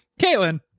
Caitlin